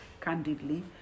candidly